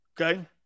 Okay